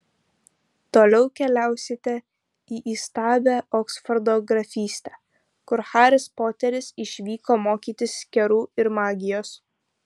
toliau keliausite į įstabią oksfordo grafystę kur haris poteris išvyko mokytis kerų ir magijos